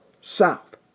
south